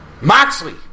Moxley